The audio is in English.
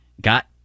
got